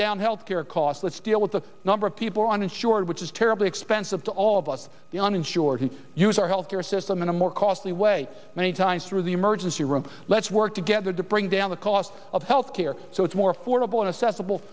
down health care costs let's deal with the number of people uninsured which is terribly expensive to all of us the uninsured use our health care system in a more costly way many times through the emergency room let's work together to bring down the cost of health care so it's more affordable and accessible